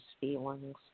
feelings